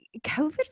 COVID